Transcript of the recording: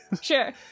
Sure